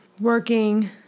working